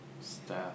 staff